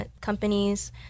companies